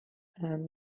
and